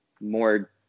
more